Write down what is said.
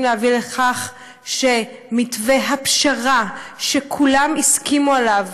להביא לכך שמתווה הפשרה שכולם הסכימו עליו,